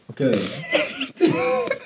okay